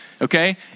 okay